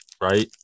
Right